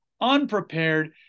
unprepared